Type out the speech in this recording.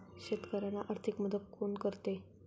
शेतकऱ्यांना आर्थिक मदत कोण करते?